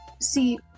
See